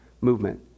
movement